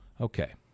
Okay